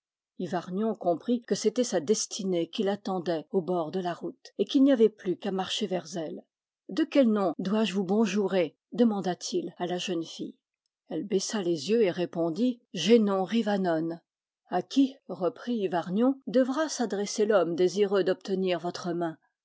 comprit que c'était sa destinée qui l'attendait au bord de la route et qu'il n'y avait plus qu'à marcher vers elle de quel nom dois-je vous bonjourer demanda-t-il à la jeune fille elle baissa les yeux et répondit j'ai nom rivanone a qui reprit hyvarnion devra s'adresser l'homme désireux d'obtenir votre main